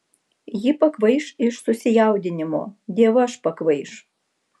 ji pakvaiš iš susijaudinimo dievaž pakvaiš